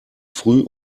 früh